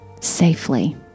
safely